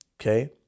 okay